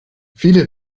viele